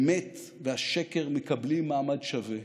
האמת והשקר מקבלים מעמד שווה,